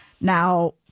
Now